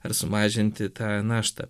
ar sumažinti tą naštą